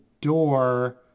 door